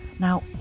Now